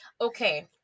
okay